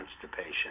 constipation